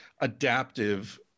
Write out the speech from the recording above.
adaptive